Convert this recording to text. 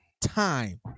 time